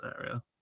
area